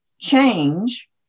change